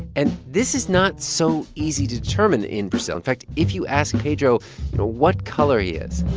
and this is not so easy to determine in brazil. in fact, if you ask pedro what color he is.